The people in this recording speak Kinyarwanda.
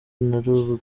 ariko